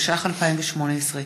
התשע"ח 2018,